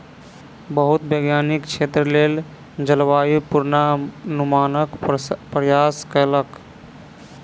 बहुत वैज्ञानिक क्षेत्रक लेल जलवायु पूर्वानुमानक प्रयास कयलक